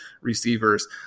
receivers